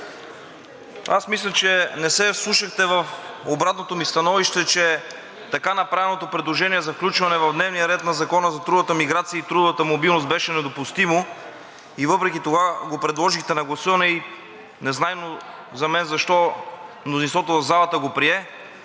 Аз мисля, че не се вслушахте в обратното ми становище, че така направеното предложение за включване в дневния ред на Закона за трудовата миграция и трудовата мобилност беше недопустимо, и въпреки това го подложихте на гласуване и незнайно за мен защо мнозинството в залата го прие.